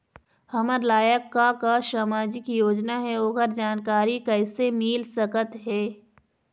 हमर लायक का का सामाजिक योजना हे, ओकर जानकारी कइसे मील सकत हे?